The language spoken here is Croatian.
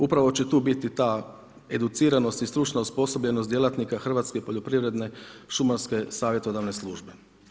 Upravo će tu biti ta educiranost i stručna osposobljenost djelatnika Hrvatske poljoprivredno-šumarske savjetodavne službe.